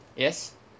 yes